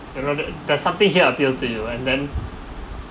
you know that there's something here appeal to you and then